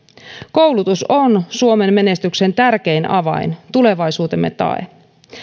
koulutus on suomen menestyksen tärkein avain tulevaisuutemme tae